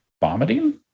vomiting